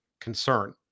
concern